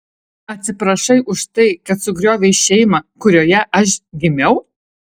atsiprašai už tai kad sugriovei šeimą kurioje aš gimiau